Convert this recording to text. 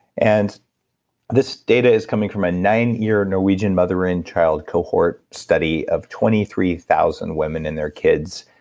and this data is coming from a nine-year norwegian mother and child cohort study of twenty three thousand women and their kids.